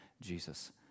Jesus